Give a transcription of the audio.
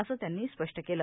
असं त्यांनी स्पष्ट केलं